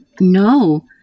No